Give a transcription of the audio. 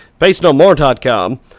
Facenomore.com